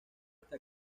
esta